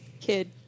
Kid